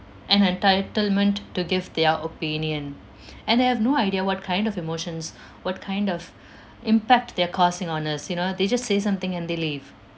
an entitlement to give their opinion and they have no idea what kind of emotions what kind of impact they're causing on us you know they just say something and they leave